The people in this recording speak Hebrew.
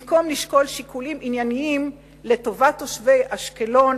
במקום לשקול שיקולים ענייניים לטובת תושבי אשקלון,